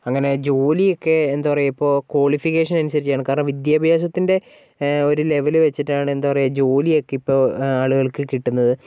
അങ്ങനെ ജോലിയൊക്കെ എന്താ പറയുക ഇപ്പോൾ കോളിഫിക്കേഷൻ അനുസരിച്ചാണ് കാരണം വിദ്യാഭ്യാസത്തിൻ്റെ ഒരു ലെവല് വച്ചിട്ടാണ് എന്താ പറയുക ജോലിയൊക്കെ ഇപ്പോൾ ആളുകൾക്ക് കിട്ടുന്നത്